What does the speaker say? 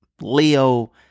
Leo